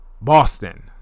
Boston